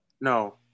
no